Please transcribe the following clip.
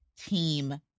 team